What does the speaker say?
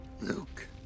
Luke